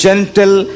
Gentle